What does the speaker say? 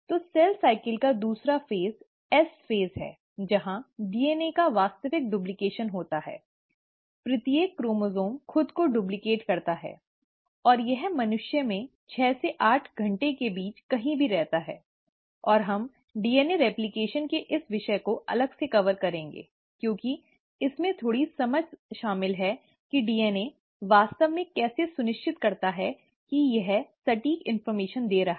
तो सेल चक्र का दूसरा फ़ेज एस फ़ेज है जहां DNA का वास्तविक डूप्लकेशन होता है प्रत्येक क्रोमोसोम खुद को डुप्लिकेट करता है और यह मनुष्यों में छह से आठ घंटे के बीच कहीं भी रहता है और हम डीएनए रेप्लकेशन के इस विषय को अलग से कवर करेंगे क्योंकि इसमें थोड़ी समझ शामिल है कि डीएनए वास्तव में कैसे सुनिश्चित करता है कि यह सटीक जानकारी दे रहा है